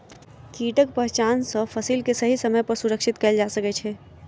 कीटक पहचान सॅ फसिल के सही समय पर सुरक्षित कयल जा सकै छै